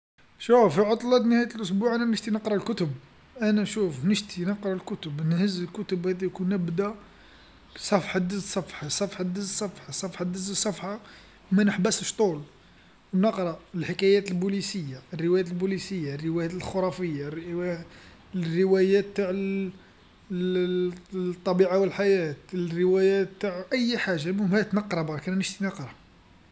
شوف في عطلة نهاية الأسبوع أنا نشتي نقرا الكتب، أنا شوف نشتي نقرا الكتب نهز الكتب هاذيك، ونبدا صفحه دز صفحه، صفحه دز صفحه، صفحه دز الصفحه، منحبسش طول، نقرا الحكايات البوليسيه، الروايات البوليسيه، الروايات الخرافيه، الروايات الروايات تاع الطبيعة والحياة، الروايات تاع أي حاجه المهم نقرا برك أنا نشتي نقرا.